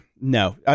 No